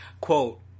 Quote